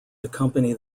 accompany